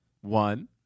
One